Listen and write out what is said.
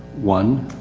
one